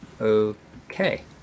okay